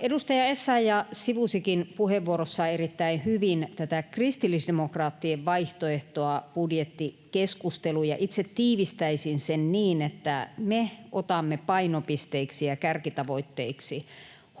Edustaja Essayah sivusikin puheenvuorossaan erittäin hyvin tätä kristillisdemokraattien vaihtoehtoa budjettikeskusteluun, ja itse tiivistäisin sen niin, että me otamme painopisteiksi ja kärkitavoitteiksi